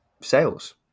sales